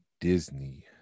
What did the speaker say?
disney